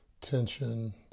tension